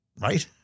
Right